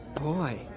Boy